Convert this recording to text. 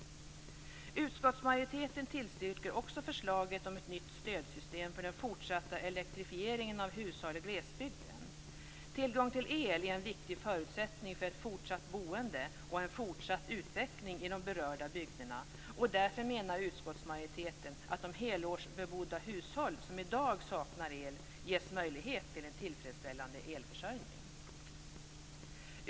Utskottsmajoriteten tillstyrker också förslaget om ett nytt stödsystem för den fortsatta elektrifieringen av hushåll i glesbygden. Tillgång till el är en viktig förutsättning för ett fortsatt boende och en fortsatt utveckling i de berörda bygderna. Därför menar utskottsmajoriteten att de helårsbebodda hushåll som i dag saknar el bör ges möjlighet till en tillfredsställande elförsörjning.